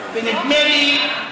ברמאללה.